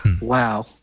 Wow